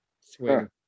Swear